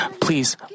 please